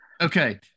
Okay